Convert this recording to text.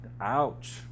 Ouch